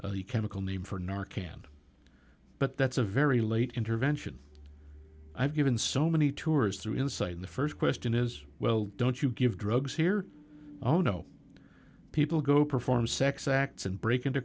the chemical name for nor can but that's a very late intervention i've given so many tours through insight in the st question is well don't you give drugs here oh no people go perform sex acts and break into